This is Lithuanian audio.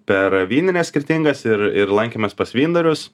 per vynines skirtingas ir ir lankėmės pas vyndarius